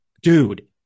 Dude